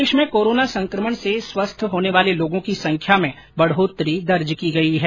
प्रदेश में कोरोना संकमण से स्वस्थ होने वाले लोगों की संख्या में बढोतरी दर्ज की गई है